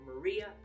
Maria